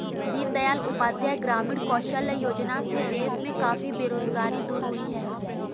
दीन दयाल उपाध्याय ग्रामीण कौशल्य योजना से देश में काफी बेरोजगारी दूर हुई है